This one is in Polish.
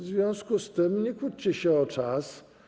W związku z tym nie kłóćcie się o czas.